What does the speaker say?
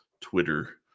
Twitter